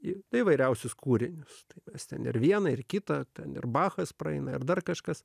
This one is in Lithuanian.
į įvairiausius kūrinius ten ir vieną ir kitą ten ir bachas praeina ir dar kažkas